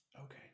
Okay